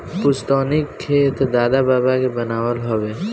पुस्तैनी खेत दादा बाबा के बनावल हवे